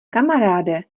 kamaráde